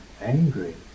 angry